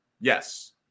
Yes